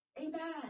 amen